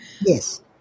Yes